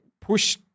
push